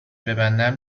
ببندم